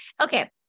okay